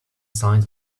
signs